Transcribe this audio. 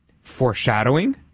Foreshadowing